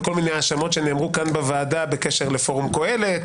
וכל מיני האשמות שנאמרו כאן בוועדה בקשר לפורום קהלת,